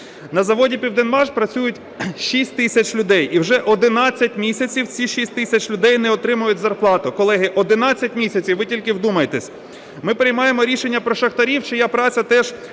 На заводі "Південмаш" працює 6 тисяч людей. І вже 11 місяців ці 6 тисяч людей не отримують зарплату. Колеги, 11 місяців, ви тільки вдумайтесь. Ми приймаємо рішення про шахтарів, чия праця теж дуже